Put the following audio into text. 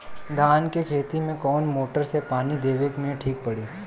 धान के खेती मे कवन मोटर से पानी देवे मे ठीक पड़ी?